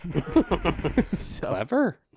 Clever